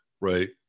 Right